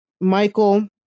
Michael